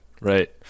Right